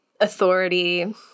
authority